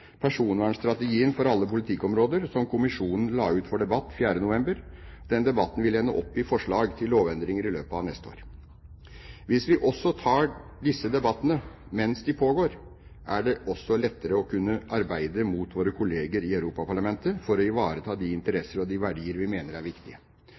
personvernstrategien for alle politikkområder, som kommisjonen la ut for debatt 4. november. Den debatten vil ende opp i forslag til lovendringer i løpet av neste år. Hvis vi også tar disse debattene mens de pågår, er det også lettere å kunne arbeide mot våre kolleger i Europaparlamentet for å ivareta de